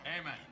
Amen